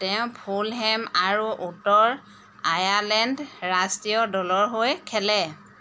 তেওঁ ফুলহেম আৰু উত্তৰ আয়াৰলেণ্ড ৰাষ্ট্ৰীয় দলৰ হৈ খেলে